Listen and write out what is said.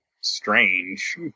strange